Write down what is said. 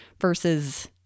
versus